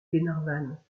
glenarvan